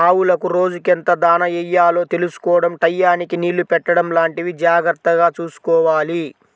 ఆవులకు రోజుకెంత దాణా యెయ్యాలో తెలుసుకోడం టైయ్యానికి నీళ్ళు పెట్టడం లాంటివి జాగర్తగా చూసుకోవాలి